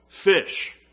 fish